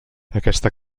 aquesta